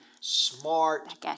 smart